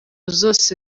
zose